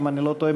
שאם אני לא טועה,